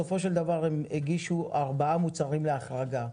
בסופו של דבר הם הגישו ארבעה מוצרים להחרגה.